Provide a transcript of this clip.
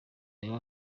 yaba